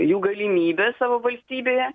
jų galimybes savo valstybėje